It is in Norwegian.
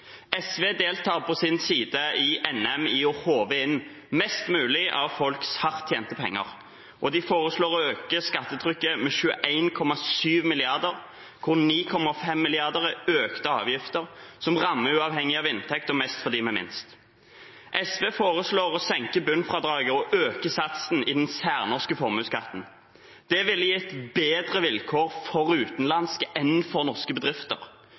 SV deltar på sin side i NM i å håve inn mest mulig av folks hardt tjente penger. De foreslår å øke skattetrykket med 21,7 mrd. kr, hvorav 9,5 mrd. kr er økte avgifter, som rammer uavhengig av inntekt, og mest for dem med minst. SV foreslår å senke bunnfradraget og øke satsen i den særnorske formuesskatten. Det ville gitt bedre vilkår for utenlandske enn for norske bedrifter.